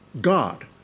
God